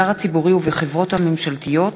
ביטוח בריאות ממלכתי (תיקון,